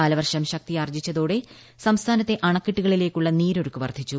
കാലവർഷം ശക്തിയാർജ്ജിച്ചതോടെ സംസ്ഥാനത്തെ അണക്കെട്ടുകളിലേയ്ക്കുള്ള നീരൊഴുക്ക് വർധിച്ചു